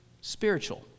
spiritual